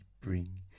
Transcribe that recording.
bring